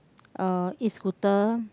uh escooter